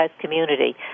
community